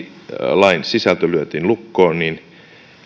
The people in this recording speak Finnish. lain sisältö lyötiin lukkoon niin